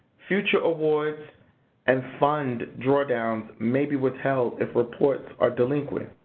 future awards and fund drawdowns may be withheld if reports are delinquent.